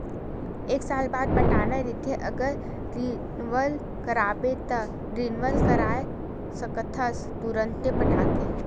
एक साल बाद पटाना रहिथे अगर रिनवल कराबे त रिनवल करा सकथस तुंरते पटाके